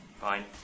Fine